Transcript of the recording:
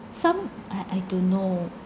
some I I don't know